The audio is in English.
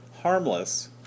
harmless